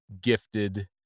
gifted